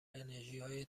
انرژیهای